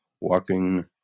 walking